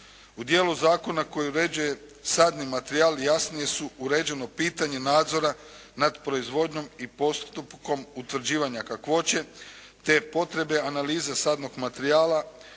U dijelu Zakona koji uređuje sadni materijal, jasnije su, uređeno pitanje nadzora nad proizvodnjom i postupkom utvrđivanja kakvoće te potrebe analize sadnog materijala